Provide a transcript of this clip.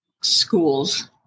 schools